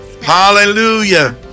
Hallelujah